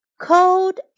Cold